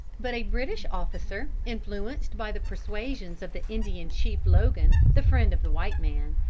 but a british officer, influenced by the persuasions of the indian chief logan, the friend of the white man,